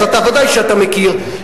אז בוודאי שאתה מכיר,